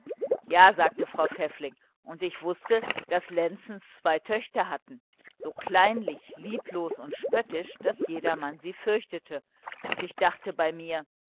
ja sagte frau pfäffling und ich wußte daß lenzens zwei töchter hatten so kleinlich lieblos und spöttisch daß jedermann sie fürchtete ich dachte bei mir